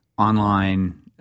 online